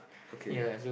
okay